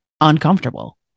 uncomfortable